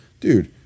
dude